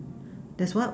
that's one